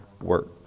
work